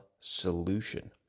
solution